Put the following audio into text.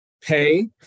pay